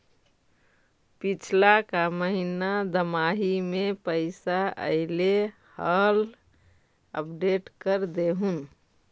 पिछला का महिना दमाहि में पैसा ऐले हाल अपडेट कर देहुन?